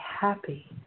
happy